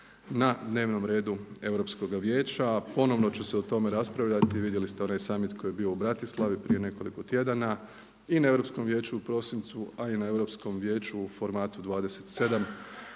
na dnevnom redu Europskoga vijeća, a ponovno će se o tome raspravljati, vidjeli ste onaj summit koji je bio u Bratislavi prije nekoliko tjedana i na Europskom vijeću u prosincu, a i na Europskom vijeću u formatu 27